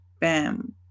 Bam